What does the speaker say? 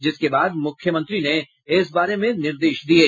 जिसके बाद मुख्यमंत्री ने इस बारे में निर्देश दिये